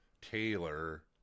Taylor